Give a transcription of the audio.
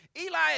Eli